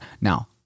Now